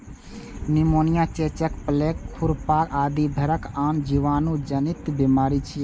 pneumonia, चेचक, plague, खुरपका आदि भेड़क आन जीवाणु जनित बीमारी छियै